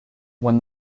when